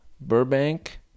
Burbank